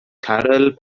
caryl